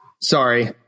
sorry